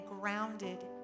grounded